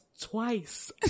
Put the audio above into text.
twice